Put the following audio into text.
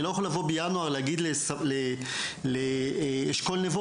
אני לא יכול לבוא בינואר ולהגיד לאשכול נבו